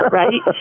right